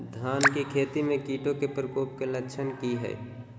धान की खेती में कीटों के प्रकोप के लक्षण कि हैय?